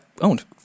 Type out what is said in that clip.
owned